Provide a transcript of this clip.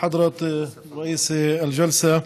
חדרת ראיס אל-ג'לסה.